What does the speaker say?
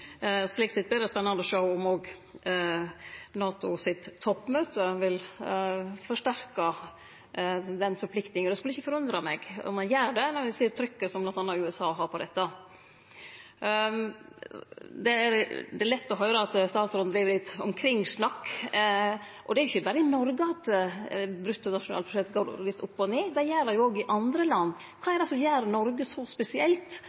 Slik sett vert det spennande å sjå om toppmøtet i NATO vil forsterke den forpliktinga. Det skulle ikkje forundre meg om ein gjer det, når ein ser trykket som bl.a. USA har på dette. Det er lett å høyre at statsråden driv litt omkringsnakk, og det er ikkje berre i Noreg at bruttonasjonalproduktet går litt opp og ned. Det gjer det òg i andre land. Kva er det som gjer Noreg så spesielt